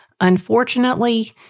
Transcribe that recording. unfortunately